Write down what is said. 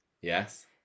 Yes